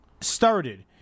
started